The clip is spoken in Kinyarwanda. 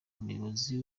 umuyobozi